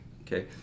okay